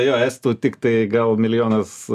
jo estų tiktai gal milijonas